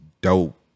dope